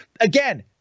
Again